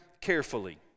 carefully